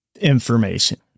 information